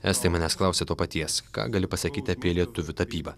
estai manęs klausia to paties ką gali pasakyti apie lietuvių tapybą